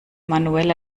manuell